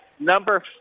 Number